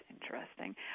interesting